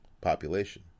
population